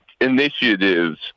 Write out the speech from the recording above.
initiatives